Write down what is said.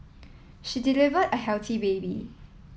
she delivered a healthy baby